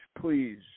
please